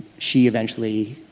she eventually.